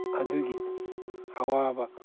ꯑꯗꯨꯒꯤ ꯑꯋꯥꯕ